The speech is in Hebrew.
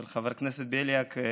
של חבר הכנסת בליאק,